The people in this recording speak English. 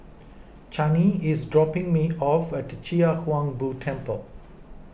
Chaney is dropping me off at Chia Hung Boo Temple